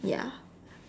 ya